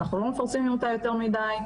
אנחנו לא מפרסמים אותה יותר מידי,